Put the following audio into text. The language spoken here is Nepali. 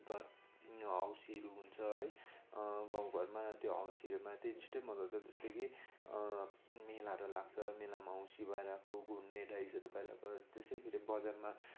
त हउसीहरू हुन्छ है गाउँ घरमा त्यो हउसीहरूमा त छुट्टै मजा आउँछ जस्तो कि मेलाहरू लाग्छ मेलामा हउसीहरू भइरहेको घुर्नी डाइसहरू भइरहेको त्यस्तो फेरि बजारमा